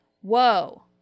whoa